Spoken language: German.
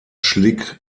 schlick